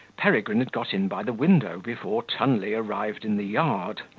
peregrine had got in by the window before tunley arrived in the yard.